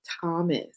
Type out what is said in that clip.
Thomas